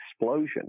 explosion